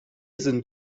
sind